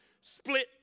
split